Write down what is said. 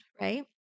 right